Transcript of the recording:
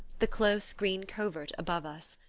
the close green covert above us.